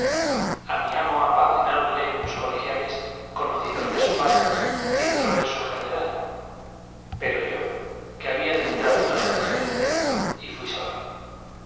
a mi amo apadrináronle unos colegiales conocidos de su padre y entró en su general pero yo que había de entrar en otro diferente y fui solo